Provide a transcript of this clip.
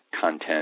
content